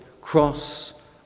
cross